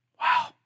Wow